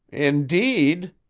indeed?